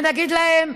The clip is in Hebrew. ונגיד להם: